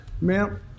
Ma'am